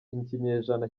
ikinyejana